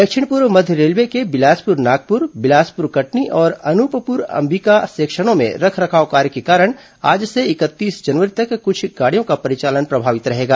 दक्षिण पूर्व मध्य रेलवे के बिलासपुर नागपुर बिलासपुर कटनी और अनूपपुर अंबिकापुर सेक्शनों में रखरखाव कार्य के कारण आज से इकतीस जनवरी तक कुछ गाड़ियों का परिचालन प्रभावित रहेगा